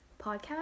podcast